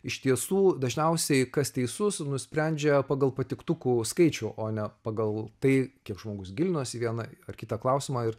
iš tiesų dažniausiai kas teisus nusprendžia pagal patiktukų skaičių o ne pagal tai kiek žmogus gilinosi į vieną ar kitą klausimą ir